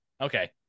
Okay